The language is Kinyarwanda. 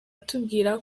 atubwira